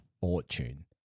fortune